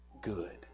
good